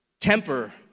temper